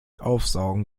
aufsaugen